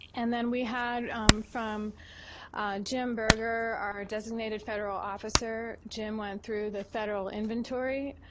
and then we had from jim berger, our designated federal officer. jim went through the federal inventory.